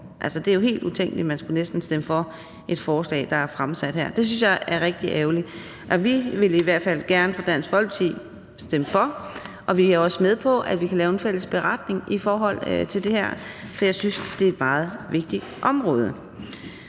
det er jo næsten helt utænkeligt, at man skulle stemme for et forslag, der er fremsat her. Det synes jeg er rigtig ærgerligt, og vi vil i hvert fald gerne fra Dansk Folkepartis side stemme for, og vi er også med på, at vi kan lave en fælles beretning i forhold til det her, for jeg synes, det er et meget vigtigt område,